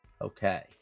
okay